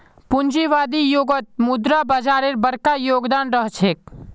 पूंजीवादी युगत मुद्रा बाजारेर बरका योगदान रह छेक